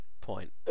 point